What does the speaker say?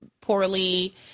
poorly